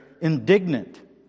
indignant